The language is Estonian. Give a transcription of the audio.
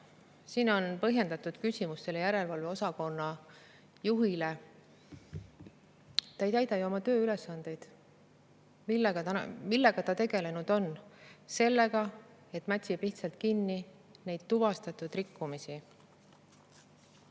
Siin on põhjendatud küsimus selle järelevalveosakonna juhile. Ta ei täida ju oma tööülesandeid. Millega ta tegelenud on? Sellega, et mätsib lihtsalt kinni neid tuvastatud rikkumisi.